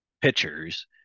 pitchers